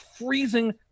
freezing